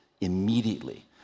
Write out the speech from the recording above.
immediately